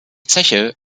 zeche